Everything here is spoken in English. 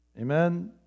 amen